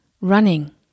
running